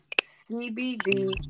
CBD